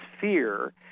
fear